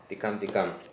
tikam tikam